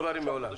היו דברים מעולם.